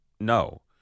no